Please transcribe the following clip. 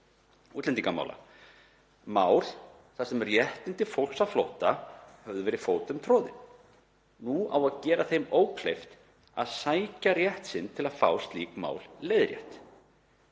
útlendingamála, mál þar sem réttindi fólks á flótta höfðu verið fótum troðin. Nú á að gera því ókleift að sækja rétt sinn til að fá slík mál leiðrétt.